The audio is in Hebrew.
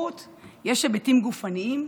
להתמכרות יש היבטים גופניים,